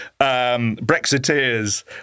Brexiteers